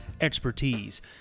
expertise